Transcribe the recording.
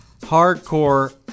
hardcore